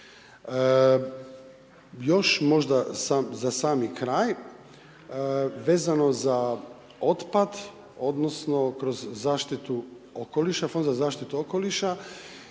Još možda za sami kraj vezano za otpad odnosno kroz zaštitu okoliša, Fond za zaštitu okoliša,